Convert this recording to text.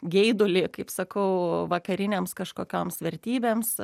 geidulį kaip sakau vakarinėms kažkokioms vertybėms